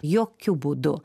jokiu būdu